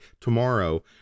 tomorrow